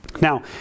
Now